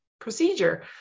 procedure